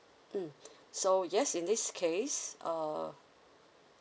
mm so yes in this case uh